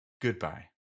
Goodbye